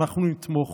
אנחנו נתמוך,